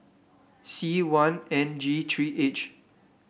C one N G three H